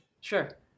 Sure